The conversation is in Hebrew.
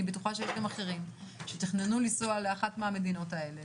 אני בטוחה שיש גם אחרים שתכננו לנסוע לאחת מהמדינות האלה